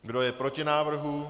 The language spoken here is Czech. Kdo je proti návrhu?